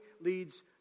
leads